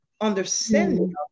understanding